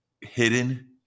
hidden